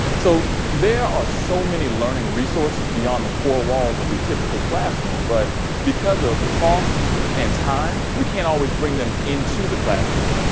so there are so many learning resources beyond the four walls of your typical classroom, but because of cost and time, we can't always bring them into the classroom.